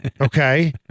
okay